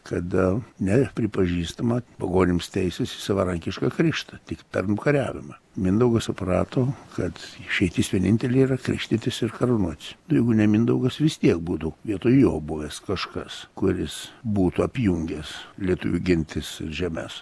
kada ne pripažįstama pagonims teisė savarankišką krikštą tik per nukariavimą mindaugas suprato kad išeitis vienintelė yra krikštytis ir karūnuotis nu jeigu ne mindaugas vis tiek būdų vietoj jo buvęs kažkas kuris būtų apjungęs lietuvių gentis ir žemes